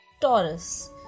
Taurus